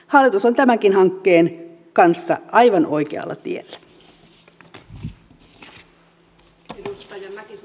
hallitus on tämänkin hankkeen kanssa aivan oikealla tiellä